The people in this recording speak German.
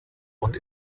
und